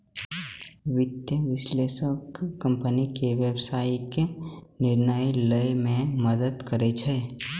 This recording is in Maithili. वित्तीय विश्लेषक कंपनी के व्यावसायिक निर्णय लए मे मदति करै छै